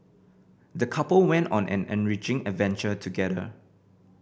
the couple went on an enriching adventure together